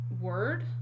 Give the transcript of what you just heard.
word